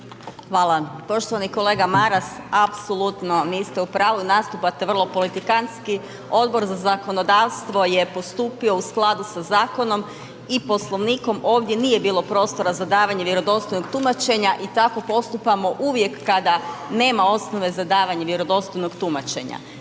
Hvala. Poštovani kolega Maras, apsolutno niste u pravu, nastupate vrlo politikantski, Odbor za zakonodavstvo je postupio u skladu sa zakonom i Poslovnikom. Ovdje nije bilo prostora za davanje vjerodostojnog tumačenja i tako postupamo uvijek kada nema osnove za davanje vjerodostojnog tumačenja.